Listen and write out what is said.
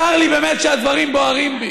צר לי באמת שהדברים בוערים בי.